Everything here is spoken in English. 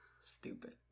stupid